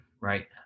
right